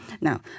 Now